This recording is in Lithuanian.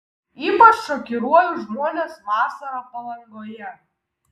ypač šokiruoju žmones vasarą palangoje